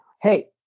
Hey